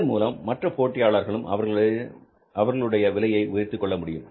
இதன் மூலம் மற்ற போட்டியாளர்களும் அவர்களது விலையை உயர்த்திக்கொள்ள முடியும்